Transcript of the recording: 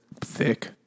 thick